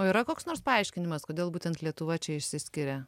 o yra koks nors paaiškinimas kodėl būtent lietuva čia išsiskiria